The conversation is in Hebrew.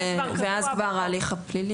ואז כבר ההליך הפלילי.